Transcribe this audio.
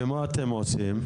ומול זה מה אתם עושים?